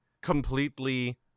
completely